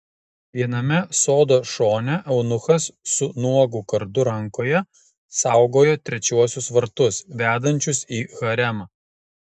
viename sodo šone eunuchas su nuogu kardu rankoje saugojo trečiuosius vartus vedančius į haremą